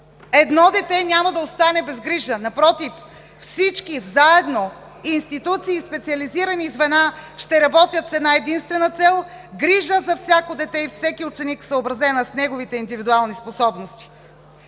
едно дете няма да остане без грижа. Напротив, всички заедно – институции и специализирани звена, ще работят с една-единствена цел – грижа за всяко дете и всеки ученик, съобразена с неговите индивидуални способности.